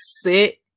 sit